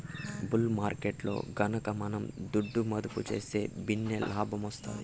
bull మార్కెట్టులో గనక మనం దుడ్డు మదుపు సేస్తే భిన్నే లాబ్మొస్తాది